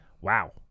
Wow